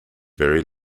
very